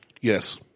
Yes